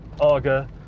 Arga